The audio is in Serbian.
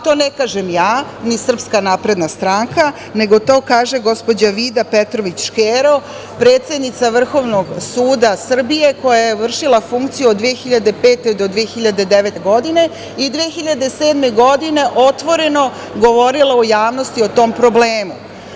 To ne kažem ja, ni SNS, nego to kaže gospođa Vida Petrović Škero, predsednica Vrhovnog suda Srbije koja je vršila funkciju od 2005. do 2009. godine i 2007. godine otvoreno govorila u javnosti o tom problemu.